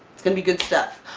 it's gonna be good stuff!